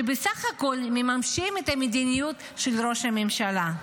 שבסך הכול מממשים את המדיניות של ראש הממשלה.